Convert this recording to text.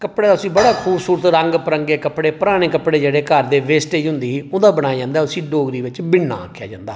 कपड़ा उसी बड़ा खूबसूरत रंग बिरंगें कपड़े पराने कपड़े जेह्ड़े घर दी वेस्टेज होंदी ही ओह् ओह्दा बनाया जंदा हा उसी डोगरी बिच बि'न्ना आखेआ जंदा हा